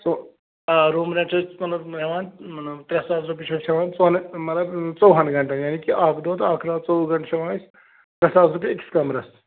ژوٚ آ room rent چھِ أسۍ ہٮ۪وان مطلب ترٛےٚ ساس رۄپیہِ چھِ أسۍ ہٮ۪وان ژۅن مظلب ژوٚوُہن گنٹن یعنی کہِ اَکھ دۄہ تہٕ اَکھ راتھ ژوٚوُہ گنٹہٕ چھِ أسۍ ترٚےٚ ساس رۄپیہِ أکِس کمرس